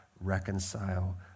reconcile